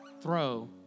throw